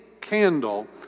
candle